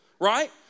right